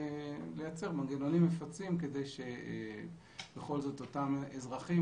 לייצר מנגנונים מפצים כדי שבכל זאת אותם אזרחים,